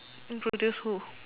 introduce who